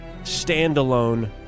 standalone